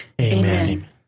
Amen